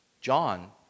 John